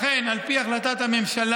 לכן, על פי החלטת הממשלה,